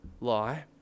lie